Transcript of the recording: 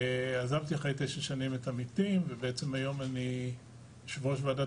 עזבתי אחרי תשע שנים את עמיתים והיום אני יו"ר ועדת